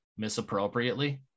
misappropriately